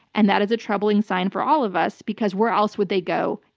and that is a troubling sign for all of us because where else would they go?